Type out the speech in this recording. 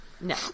No